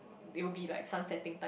they will be like sunsetting time